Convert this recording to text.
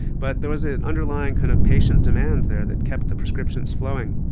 but there was an underlying kind of patient demand there that kept the prescriptions flowing,